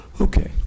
Okay